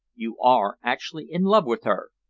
you are actually in love with her?